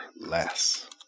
less